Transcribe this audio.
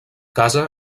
casa